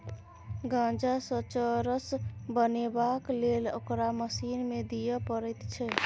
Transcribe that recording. गांजासँ चरस बनेबाक लेल ओकरा मशीन मे दिए पड़ैत छै